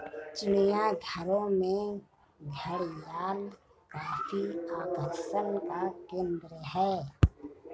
चिड़ियाघरों में घड़ियाल काफी आकर्षण का केंद्र है